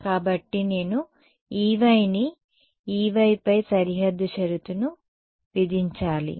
కాబట్టి నేను Ey ని Ey పై సరిహద్దు షరతును విధించాలి